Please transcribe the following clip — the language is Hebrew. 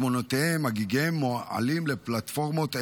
תמונותיהם והגיגיהם מועלים לפלטפורמות אלה,